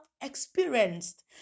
experienced